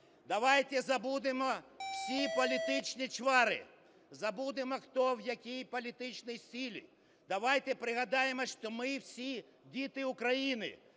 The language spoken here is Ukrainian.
давайте забудемо всі політичні чвари, забудемо, хто в якій політичній силі. Давайте пригадаємо, що ми всі – діти України,